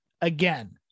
again